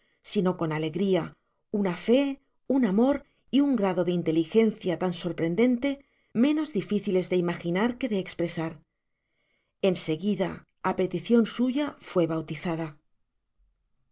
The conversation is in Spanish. sino con una alegria una fé un amor y un grado de inteligencia tan sorprendente menos difíciles de imaginar que de espresar en seguida á peticion suya fué bautizada